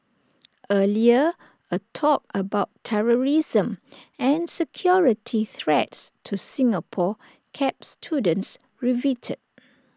earlier A talk about terrorism and security threats to Singapore kept students riveted